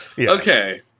Okay